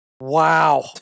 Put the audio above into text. Wow